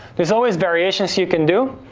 there's always variations you can do